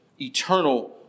eternal